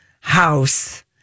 house